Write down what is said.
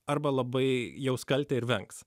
arba labai jaus kaltę ir vengs